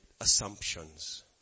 assumptions